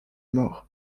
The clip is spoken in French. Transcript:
mort